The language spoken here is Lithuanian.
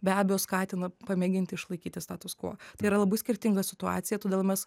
be abejo skatina pamėginti išlaikyti status kvo tai yra labai skirtinga situacija todėl mes